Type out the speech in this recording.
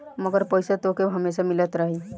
मगर पईसा तोहके हमेसा मिलत रही